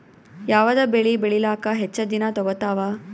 ಯಾವದ ಬೆಳಿ ಬೇಳಿಲಾಕ ಹೆಚ್ಚ ದಿನಾ ತೋಗತ್ತಾವ?